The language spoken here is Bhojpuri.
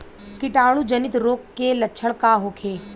कीटाणु जनित रोग के लक्षण का होखे?